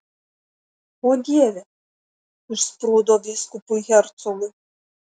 o dieve išsprūdo vyskupui hercogui